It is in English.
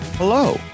Hello